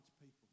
people